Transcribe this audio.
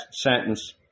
sentence